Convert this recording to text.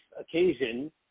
occasion